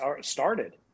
started